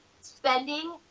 spending